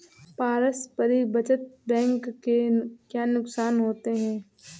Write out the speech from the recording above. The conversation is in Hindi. पारस्परिक बचत बैंक के क्या नुकसान होते हैं?